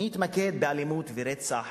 אני אתמקד באלימות ורצח